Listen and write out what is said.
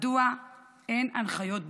מדוע אין הנחיות ברורות?